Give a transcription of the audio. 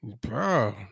Bro